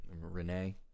Renee